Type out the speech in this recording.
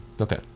okay